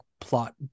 plot